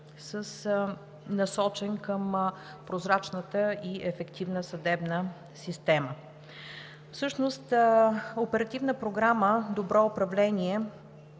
насочена към прозрачната и ефективна съдебна система. Всъщност Оперативна програма „Добро управление“